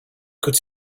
could